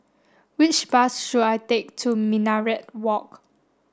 which bus should I take to Minaret Walk